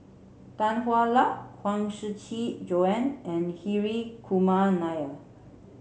Tan Hwa Luck Huang Shiqi Joan and Hri Kumar Nair